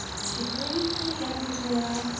she praised me everywhere,